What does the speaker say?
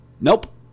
nope